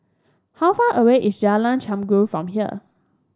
how far away is Jalan Chengam from here